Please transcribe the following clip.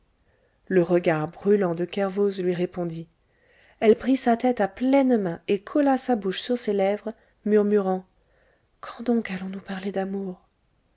le regard brûlant de kervoz lui répondit elle prit sa tête à pleines mains et colla sa bouche sur ses lèvres murmurant quand donc allons-nous parler d'amour